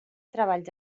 treballs